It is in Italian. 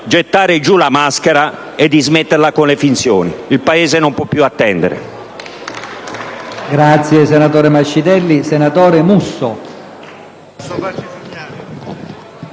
gettare giù la maschera e di smetterla con le finzioni. Il Paese non può più attendere.